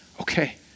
okay